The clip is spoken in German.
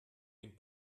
dem